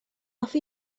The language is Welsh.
hoffi